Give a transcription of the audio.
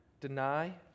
deny